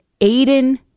Aiden